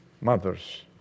mother's